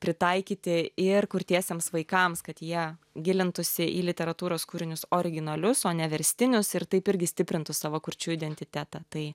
pritaikyti ir kurtiesiems vaikams kad jie gilintųsi į literatūros kūrinius originalius o ne verstinius ir taip irgi stiprintų savo kurčių identitetą tai